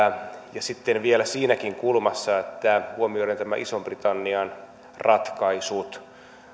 ja sitten vielä siinäkin kulmassa että huomioidaan nämä ison britannian ratkaisut